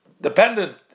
dependent